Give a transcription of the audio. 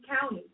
County